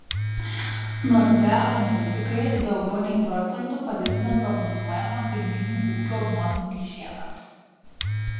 nordea analitikai daugiau nei procentu padidino prognozuojamą kaimynų ūkio nuosmukį šiemet